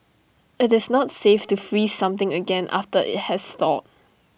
IT is not safe to freeze something again after IT has thawed